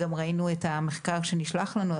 גם ראינו את המחקר שנשלח לנו,